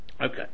Okay